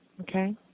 Okay